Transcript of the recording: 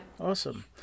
awesome